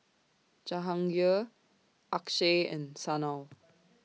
Jahangir Akshay and Sanal